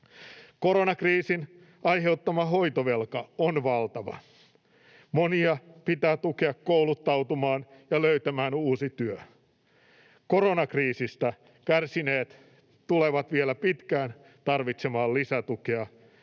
Koronakriisin aiheuttama hoitovelka on valtava. Monia pitää tukea kouluttautumaan ja löytämään uusi työ. Koronakriisistä kärsineet tulevat vielä pitkään tarvitsemaan lisätukea,